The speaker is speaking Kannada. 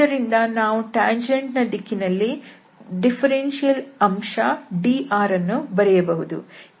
ಇದರಿಂದ ನಾವು ಟ್ಯಾಂಜೆಂಟ್ ನ ದಿಕ್ಕಿನಲ್ಲಿ ಡಿಫರೆನ್ಷಿಯಲ್ ಅಂಶ dr ಅನ್ನು ಬರೆಯಬಹುದು